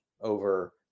over